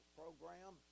program